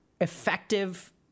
effective